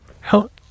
Help